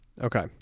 Okay